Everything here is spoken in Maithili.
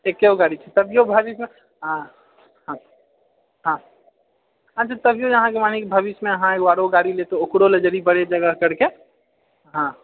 एकैगो गाड़ी छै तभियो भविष्यमे हँ हँ हँ अच्छा तभियो अहाँ मने भविष्यमे अहाँ एगो आरो गाड़ी लैतहुँ ओकरो लेल अगर बड़ी जगह करके हँ